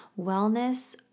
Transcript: wellness